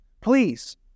Please